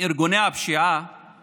ארגוני הפשיעה